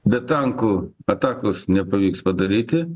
be tankų atakos nepavyks padaryti